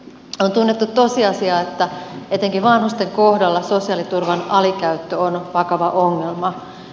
on tunnettu tosiasia että etenkin vanhusten kohdalla sosiaaliturvan alikäyttö on vakava ongelma